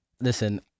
listen